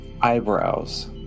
eyebrows